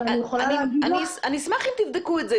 אבל אני יכולה להגיד לך --- אני אשמח אם תבדקו את זה,